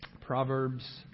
Proverbs